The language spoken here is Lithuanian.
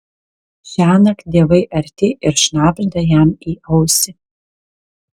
šiąnakt dievai arti ir šnabžda jam į ausį